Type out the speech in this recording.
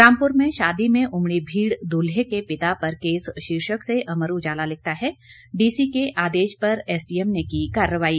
रामपुर में शादी में उमड़ी भीड़ दूल्हे के पिता पर केस शीर्षक से अमर उजाला लिखता है डीसी के आदेश पर एसडीएम ने की कार्रवाई